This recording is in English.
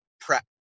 prep